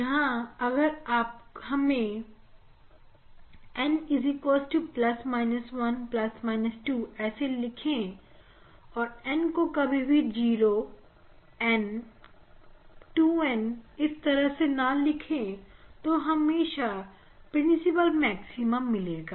यहां अगर हम n 1 2 ऐसे लिख और n को कभी भी 0 N 2N इस तरह से ना रखे तो हमें हमेशा प्रिंसिपल मैक्सिमा मिलेगा